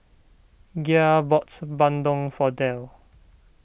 Gia bought Bandung for Dale